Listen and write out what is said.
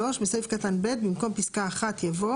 בסעיף קטן (ב) - במקום פסקה (1)